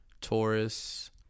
Taurus